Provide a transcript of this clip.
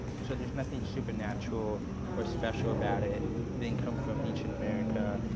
so there's nothing supernatural or special about it. it didn't come from ancient america.